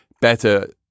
better